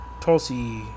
tulsi